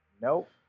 Nope